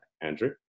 Andrew